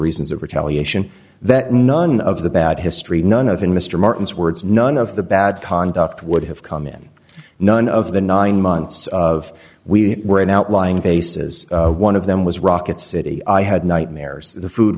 reasons of retaliation that none of the bad history none of in mr martin's words none of the bad conduct would have come in none of the nine months of we were in outlying cases one of them was rocket city i had nightmares the food